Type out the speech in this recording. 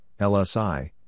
LSI